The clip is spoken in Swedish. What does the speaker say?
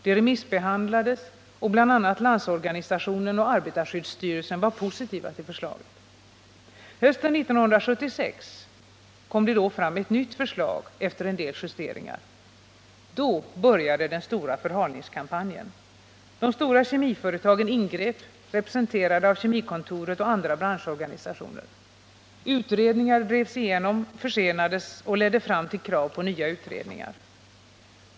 Det remissbehandlades, och bl.a. LO och arbetarskyddsstyrelsen var positiva till förslaget. Hösten 1976 kom det fram ett nytt förslag efter en del justeringar. Då började den stora förhalningskampanjen. De stora kemiföretagen ingrep, representerade av Kemikontoret och andra branschorganisationer. Utredningar drevs igenom, försenades och ledde fram till krav på nya utredningar.